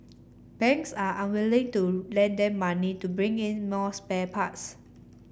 banks are unwilling to lend them money to bring in more spare parts